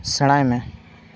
ᱥᱮᱬᱟᱭᱢᱮ